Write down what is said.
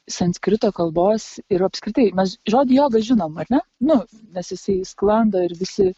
sanskrito kalbos ir apskritai mes žodį joga žinom ar ne nu nes jisai sklando ir visi